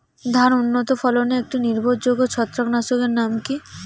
ধান উন্নত ফলনে একটি নির্ভরযোগ্য ছত্রাকনাশক এর নাম কি?